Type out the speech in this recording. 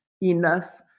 enough